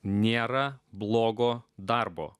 nėra blogo darbo